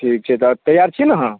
ठीक छै तऽ तैआर छी ने अहाँ